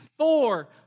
Four